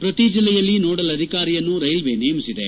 ಪ್ರತಿ ಜಿಲ್ಲೆಯಲ್ಲಿ ನೋಡಲ್ ಅಧಿಕಾರಿಯನ್ನು ರೈಲ್ವೆ ನೇಮಿಸಿದೆ